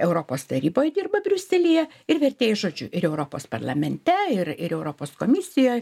europos taryboj dirba briuselyje ir vertėjai žodžiu ir europos parlamente ir ir europos komisijoj